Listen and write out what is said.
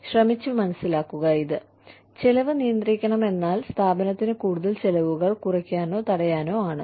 ശ്രമിച്ചു മനസ്സിലാക്കുക ചെലവ് നിയന്ത്രണമെന്നാൽ സ്ഥാപനത്തിന് കൂടുതൽ ചെലവുകൾ കുറയ്ക്കാനോ തടയാനോ ആണ്